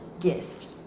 guest